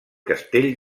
castell